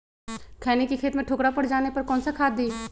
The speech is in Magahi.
खैनी के खेत में ठोकरा पर जाने पर कौन सा खाद दी?